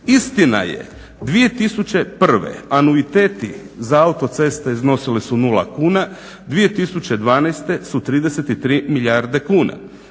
Istina je 2001. anuiteti za autoceste iznosili su 0 kuna, 2012. su 33 milijarde kuna.